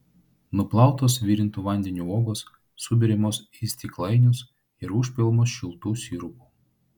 nuplautos virintu vandeniu uogos suberiamos į stiklainius ir užpilamos šiltu sirupu